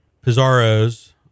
Pizarro's